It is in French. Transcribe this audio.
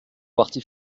parti